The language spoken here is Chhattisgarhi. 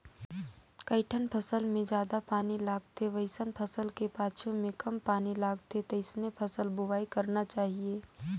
कइठन फसल मे जादा पानी लगथे वइसन फसल के पाछू में कम पानी लगथे तइसने फसल बोवाई करना चाहीये